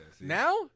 Now